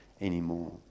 anymore